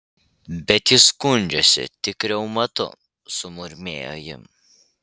bet jis skundžiasi tik reumatu sumurmėjo ji